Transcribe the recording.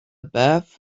bath